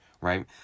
Right